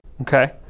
Okay